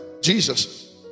Jesus